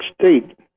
State